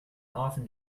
often